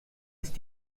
ist